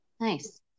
nice